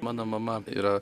mano mama yra